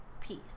peace